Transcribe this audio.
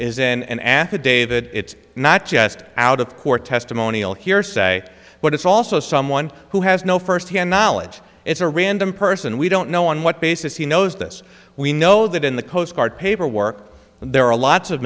is in an affidavit it's not just out of court testimonial hearsay but it's also someone who has no firsthand knowledge it's a random person we don't know on what basis he knows this we know that in the coast guard paperwork there are lots of